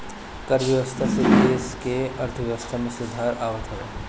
कर व्यवस्था से देस के अर्थव्यवस्था में सुधार आवत हवे